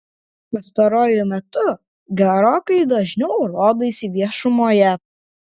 pastaruoju metu gerokai dažniau rodaisi viešumoje